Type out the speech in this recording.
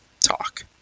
talk